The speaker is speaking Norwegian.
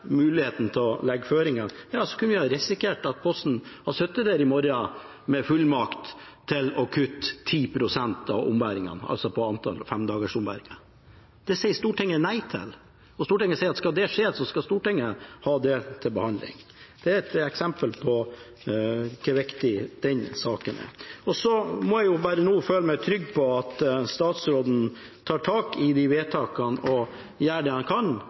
muligheten til å legge føringer, kunne vi ha risikert at Posten hadde sittet der i morgen med fullmakt til å kutte 10 pst. på antallet femdagersombæringer. Det sier Stortinget nei til. Stortinget sier at skal det skje, skal Stortinget ha det til behandling. Det er et eksempel på hvor viktig den saken er. Jeg må nå bare føle meg trygg på at statsråden tar tak i vedtakene og gjør det han kan